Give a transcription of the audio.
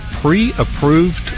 pre-approved